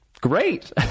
great